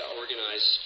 organize